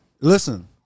Listen